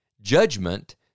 Judgment